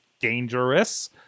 dangerous